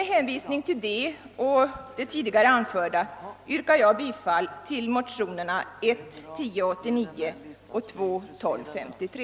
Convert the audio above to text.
Med hänvisning till vad jag anfört yrkar jag bifall till motionerna I: 1089 och II: 1253.